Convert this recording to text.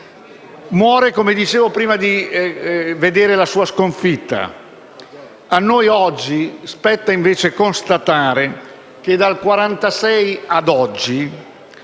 Muore, come dicevo, prima di vedere la sua sconfitta. A noi oggi spetta invece constatare che, dal 1946 ad oggi,